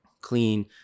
clean